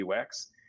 UX